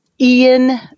Ian